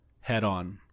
head-on